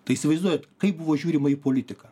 tai įsivaizduojat kaip buvo žiūrima į politiką